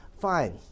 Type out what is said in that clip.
Fine